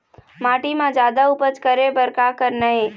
माटी म जादा उपज करे बर का करना ये?